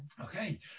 Okay